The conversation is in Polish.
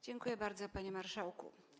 Dziękuję bardzo, panie marszałku.